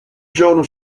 giorno